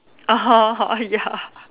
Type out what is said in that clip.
ya